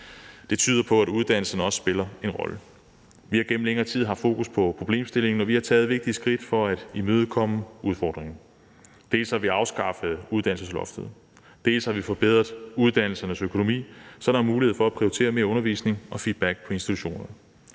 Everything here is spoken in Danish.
Det tyder på, at uddannelserne også spiller en rolle. Vi har gennem længere tid haft fokus på problemstillingen, og vi har taget vigtige skridt for at imødegå udfordringen. Dels har vi afskaffet uddannelsesloftet, dels har vi forbedret uddannelsernes økonomi, så der er mulighed for at prioritere mere undervisning og feedback på institutionerne.